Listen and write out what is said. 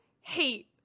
hate